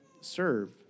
serve